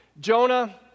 Jonah